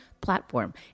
platform